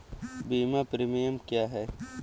बीमा प्रीमियम क्या है?